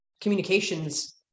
communications